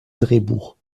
drehbuch